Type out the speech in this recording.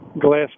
Glass